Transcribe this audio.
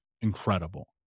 incredible